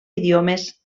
idiomes